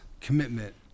commitment